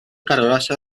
calurosa